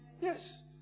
Yes